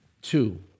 Two